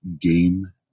game